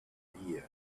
pangaea